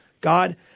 God